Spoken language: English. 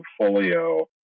portfolio